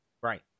Right